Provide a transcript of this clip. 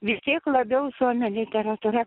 vis tiek labiau suomių literatūra